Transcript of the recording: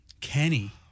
Kenny